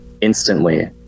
instantly